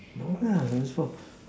no lah